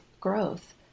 growth